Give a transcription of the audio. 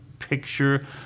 picture